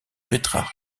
pétrarque